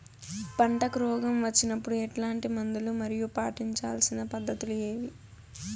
పంటకు రోగం వచ్చినప్పుడు ఎట్లాంటి మందులు మరియు పాటించాల్సిన పద్ధతులు ఏవి?